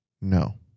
no